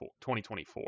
2024